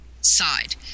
side